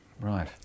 Right